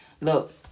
look